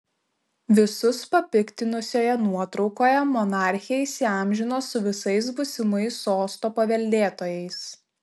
visus papiktinusioje nuotraukoje monarchė įsiamžino su visais būsimais sosto paveldėtojais